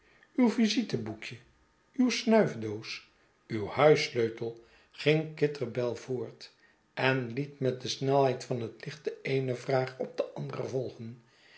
uw visiteboekje uw snuifdoos uw huissleutel ging kitterbell voort en liet met de snelheid van het licht de eene vraag op de andere volgen